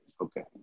Okay